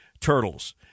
turtles